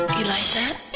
like that